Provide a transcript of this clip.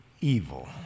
evil